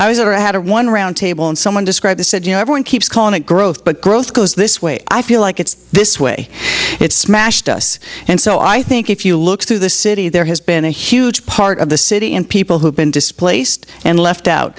i was over i had a one round table and someone described the said you know everyone keeps calling it growth but growth goes this way i feel like it's this way it's smashed us and so i think if you look through the city there has been a huge part of the city and people who've been displaced and left out